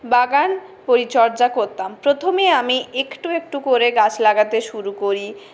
বাগান পরিচর্যা করতাম প্রথমে আমি একটু একটু করে গাছ লাগাতে শুরু করি